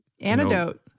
Antidote